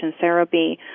therapy